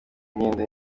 imyenda